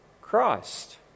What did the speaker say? Christ